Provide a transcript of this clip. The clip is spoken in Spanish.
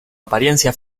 apariencia